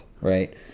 right